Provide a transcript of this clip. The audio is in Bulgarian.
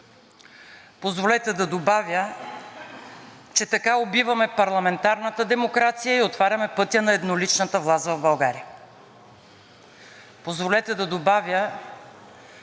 Позволете да добавя, че така убиваме парламентарната демокрация и отваряме пътя на едноличната власт в България. Позволете да добавя,